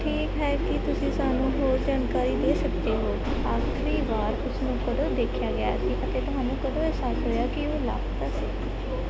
ਠੀਕ ਹੈ ਕੀ ਤੁਸੀਂ ਸਾਨੂੰ ਹੋਰ ਜਾਣਕਾਰੀ ਦੇ ਸਕਦੇ ਹੋ ਆਖਰੀ ਵਾਰ ਉਸ ਨੂੰ ਕਦੋਂ ਦੇਖਿਆ ਗਿਆ ਸੀ ਅਤੇ ਤੁਹਾਨੂੰ ਕਦੋਂ ਅਹਿਸਾਸ ਹੋਇਆ ਕਿ ਉਹ ਲਾਪਤਾ ਸੀ